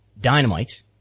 Dynamite